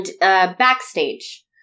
backstage